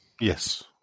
Yes